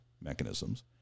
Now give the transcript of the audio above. mechanisms